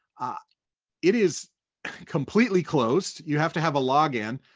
ah it is completely closed, you have to have a login.